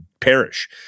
perish